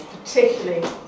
particularly